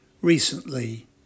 recently